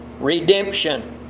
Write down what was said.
Redemption